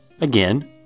Again